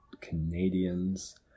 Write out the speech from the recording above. Canadians